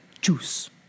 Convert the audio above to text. Juice